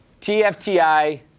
TFTI